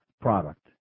product